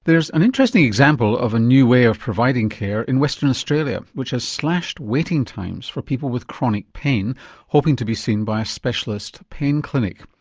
there's an interesting example of a new way of providing care in western australia which has slashed waiting times for people with chronic pain hoping to be seen by a specialist pain clinic.